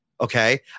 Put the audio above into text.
Okay